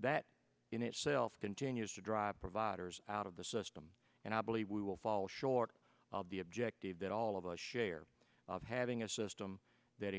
that in itself continues to drive providers out of the system and i believe we will fall short of the objective that all of us share having a system that